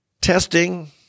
testing